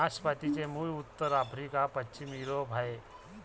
नाशपातीचे मूळ उत्तर आफ्रिका, पश्चिम युरोप आहे